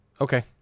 okay